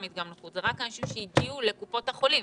מדגם נוחות אלא זה רק אנשים שהגיעו לקופות החולים,